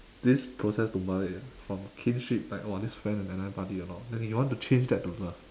this process to migrate from kinship like !wah! this friend and I I buddy and all then you want to change that to love